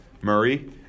Murray